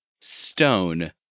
stone